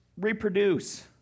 reproduce